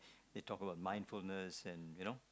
it talk about mindfulness and you know